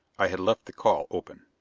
i had left the call open.